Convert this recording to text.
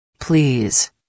Please